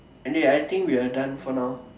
and dey I think we are done for now